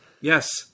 Yes